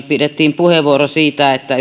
pidettiin puheenvuoro siitä että